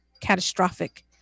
catastrophic